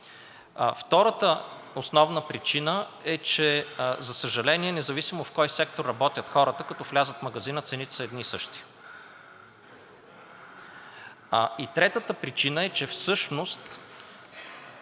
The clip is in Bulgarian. Втората основна причина, е, че за съжаление, независимо в кой сектор работят хората, като влязат в магазина, цените са едни и същи. И третата причина е, че всъщност